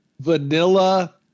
vanilla